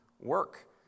work